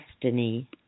destiny